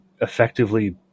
effectively